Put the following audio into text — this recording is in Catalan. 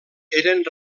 eren